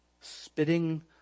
Spitting